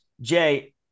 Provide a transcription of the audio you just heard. Jay